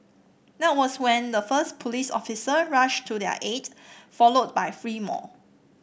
that was when the first police officer rushed to their aid followed by three more